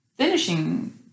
Finishing